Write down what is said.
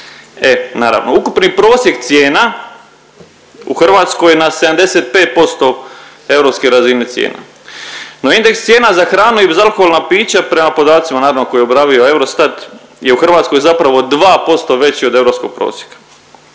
E, naravno ukupni prosjek cijena u Hrvatskoj je na 75% europske razine cijena, no indeks cijena za hranu i bezalkoholna pića prema podacima naravno koje je objavio Eurostat je u Hrvatskoj zapravo 2% veći od europrskog prosjeka.